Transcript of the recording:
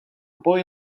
boy